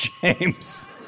James